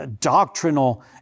doctrinal